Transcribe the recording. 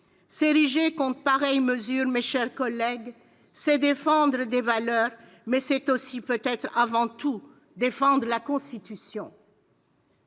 S'ériger contre pareille mesure, mes chers collègues, c'est défendre des valeurs, mais c'est aussi, et peut-être avant tout, défendre la Constitution